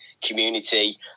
community